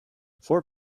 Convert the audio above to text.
four